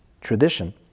tradition